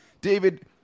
David